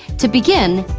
to begin,